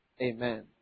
Amen